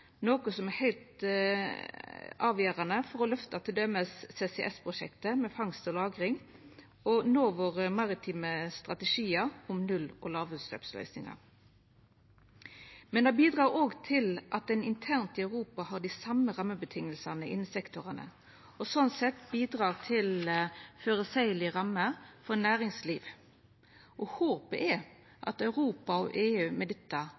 noko som er heilt avgjerande for å løfta t.d. CCS-prosjekt med fangst og lagring og for å nå vår maritime strategi om null- og lågutsleppsløysingar. Det bidreg òg til at ein internt i Europa har dei same rammevilkåra innan sektorane og slik sett gjev føreseielege rammer for næringslivet. Håpet er at Europa og EU med dette